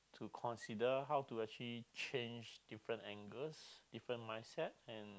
to consider how to actually change different angles different mindset and